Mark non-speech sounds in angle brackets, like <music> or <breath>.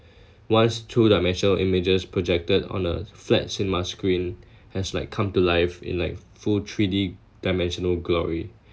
<breath> once two dimensional images projected on a flat cinema screen <breath> has like come to life in like full three d dimensional glory